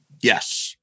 Yes